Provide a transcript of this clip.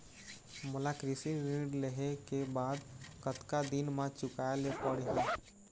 मोला कृषि ऋण लेहे के बाद कतका दिन मा चुकाए ले पड़ही?